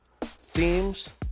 themes